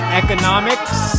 economics